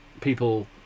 people